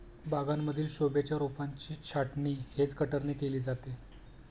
बागांमधील शोभेच्या रोपांची छाटणी हेज कटरने केली जाते